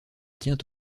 tient